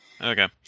Okay